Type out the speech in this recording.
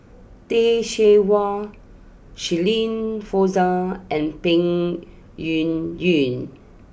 Teh Cheang Wan Shirin Fozdar and Peng Yuyun